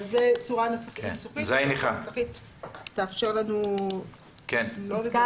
אבל זו צורה נוסחית שתאפשר לנו לא לדלג,